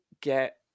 get